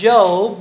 Job